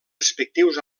respectius